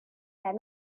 had